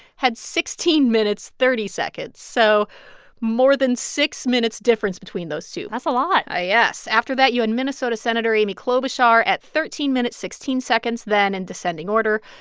had sixteen minutes, thirty seconds so more than six minutes' difference between those two that's a lot yes. after that, you had minnesota senator amy klobuchar at thirteen minutes, sixteen seconds. then in descending order,